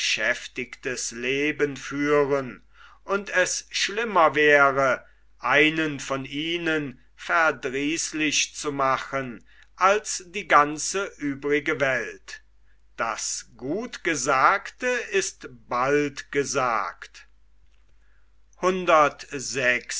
beschäftigtes leben führen und es schlimmer wäre einen von ihnen verdrießlich zu machen als die ganze übrige welt das gut gesagte ist bald gesagt